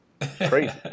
Crazy